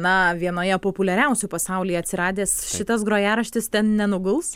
na vienoje populiariausių pasaulyje atsiradęs šitas grojaraštis ten nenuguls